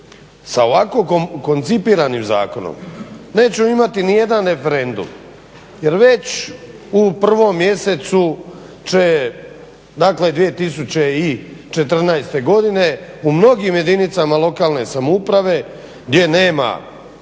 sa ovako kompliciranim zakonom nećemo imati ni jedan referendum jer već u prvom mjesecu će 2014. godine u mnogim jedinicama lokalne samouprave gdje nema